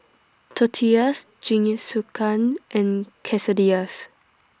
Tortillas Jingisukan and